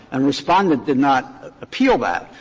and respondent did not appeal that.